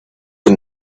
him